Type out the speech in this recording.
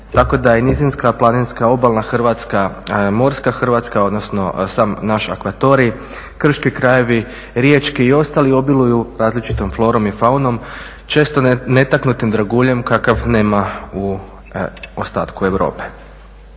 tako da i nizinska, planinska, obalna Hrvatska, morska Hrvatska odnosno sam naš akvatorij, krški krajevi, riječki i ostali obiluju različitom florom i faunom često netaknutim draguljem kakav nema u ostatku Europe.